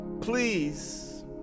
please